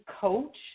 coach